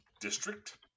District